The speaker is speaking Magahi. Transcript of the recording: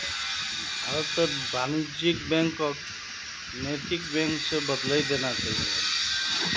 भारतत वाणिज्यिक बैंकक नैतिक बैंक स बदलइ देना चाहिए